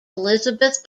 elizabeth